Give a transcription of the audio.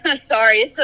sorry